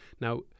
Now